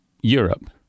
Europe